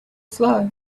slow